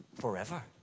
Forever